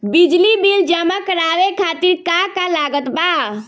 बिजली बिल जमा करावे खातिर का का लागत बा?